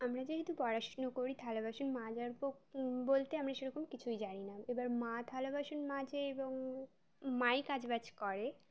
আমরা যেহেতু পড়াশুনো করি থালা বাসন মাজার বলতে আমরা সেরকম কিছুই জানি না এবার মা থালা বাসন মাজে এবং মা ই কাজ বাজ করে